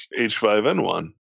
H5N1